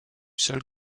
seul